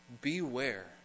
Beware